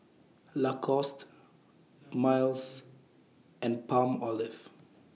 Lacoste Miles and Palmolive